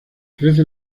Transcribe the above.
crece